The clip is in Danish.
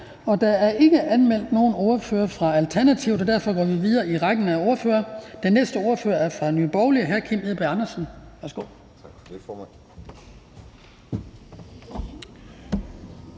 Der er ikke anmeldt nogen ordfører fra Alternativet, og derfor går vi videre i rækken af ordførere. Den næste ordfører er hr. Kim Edberg Andersen, Nye